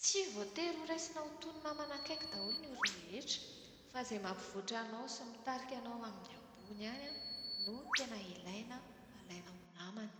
tsy voatery ho raisina ho toy ny namana akaiky daholo ny olon-drehetra, fa izay mampivoatra anao sy mitarika anao ho amin'ny ambony ihany no tena ilaina alaina ho namana.